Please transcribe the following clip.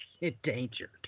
endangered